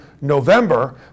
November